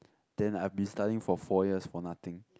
then I'll be studying for four years for nothing